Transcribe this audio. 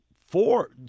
four